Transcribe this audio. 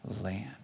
land